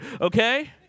Okay